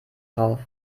drauf